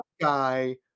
guy